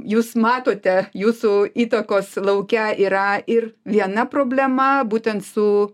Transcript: jūs matote jūsų įtakos lauke yra ir viena problema būtent su